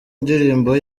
indirimbo